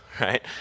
right